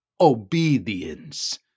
Obedience